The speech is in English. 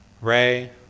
Ray